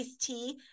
tea